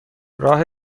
راه